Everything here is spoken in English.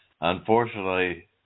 unfortunately